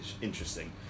interesting